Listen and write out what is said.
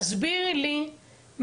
תסבירי לי,